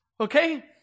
Okay